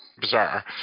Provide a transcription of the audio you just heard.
bizarre